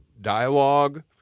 dialogue